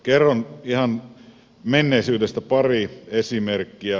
kerron ihan menneisyydestä pari esimerkkiä